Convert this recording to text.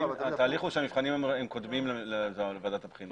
התהליך הוא שהמבחנים הם קודמים לוועדת הבחינה.